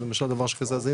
בטח.